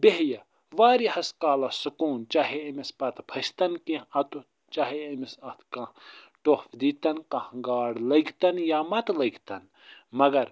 بیٚہیہِ وارِیاہس کالس سکوٗن چاہیے أمِس پتہٕ پھٔستن کیٚنٛہہ اتُتھ چاہیے أمِس اتھ کانٛہہ ٹۅپھ دِیٖتن کانٛہہ گاڈ لٔگۍتن یا متہٕ لٔگۍتن مگر